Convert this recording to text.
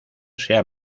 sea